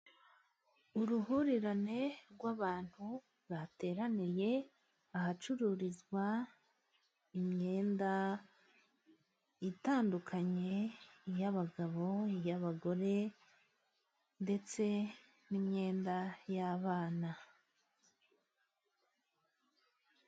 Uruhurirane rw'abantu bateraniye ahacururizwa imyenda itandukanye, iy'abagabo, iy'abagore, ndetse n'imyenda y'abana.